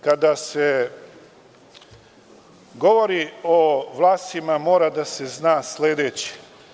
Kada se govori o Vlasima mora da se zna sledeće.